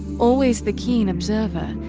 always the keen observer,